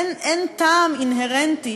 אין טעם אינהרנטי,